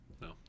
No